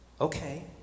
Okay